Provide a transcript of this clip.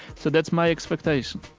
so that's my expectation.